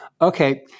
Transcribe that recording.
Okay